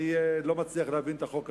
אני לא מצליח להבין את החוק הזה.